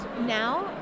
now